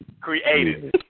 creative